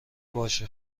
باشه